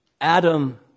Adam